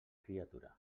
criatura